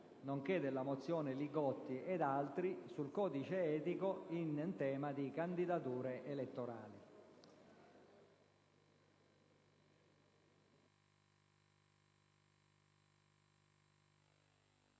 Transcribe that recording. nonché della mozione Li Gotti ed altri sul codice etico in tema di candidature elettorali.